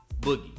boogie